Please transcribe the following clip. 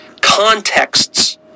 contexts